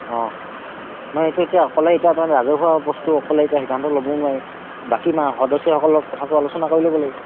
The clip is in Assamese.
অঁ নহয় এইটো এতিয়া অকলে এতিয়া তাৰমানে ৰাজহুৱোৱা বস্তু অকলে এতিয়া সিদ্ধান্ত ল'বও নোৱাৰি বাকী আমাৰ সদস্যসকলৰ কথাটো আলোচনা কৰি ল'ব লাগিব